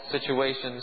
situations